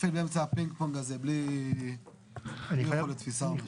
נופל באמצע הפינג פונג הזה בלי ארגון ותפיסה או משהו.